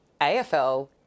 AFL